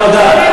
תודה,